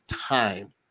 time